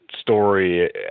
story